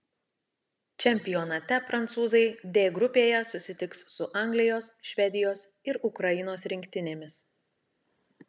čempionate prancūzai d grupėje susitiks su anglijos švedijos ir ukrainos rinktinėmis